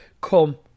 come